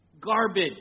garbage